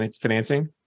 financing